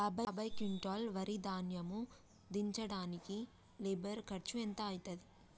యాభై క్వింటాల్ వరి ధాన్యము దించడానికి లేబర్ ఖర్చు ఎంత అయితది?